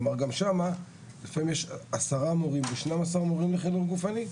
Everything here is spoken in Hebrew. כלומר גם שם יש לפעמים עשרה מורים ושנים עשר מורים לחינוך גופני,